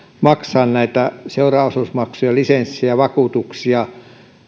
maksaa näitä seuraosuusmaksuja lisenssejä ja vakuutuksia